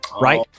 right